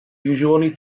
usually